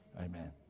Amen